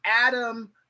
Adam